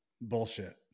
bullshit